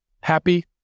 Happy